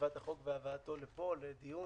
בכתיבת החוק והבאתו לפה לדיון,